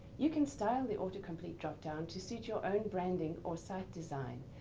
you can style the autocomplete dropdown to suit your own branding or site design.